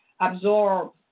absorb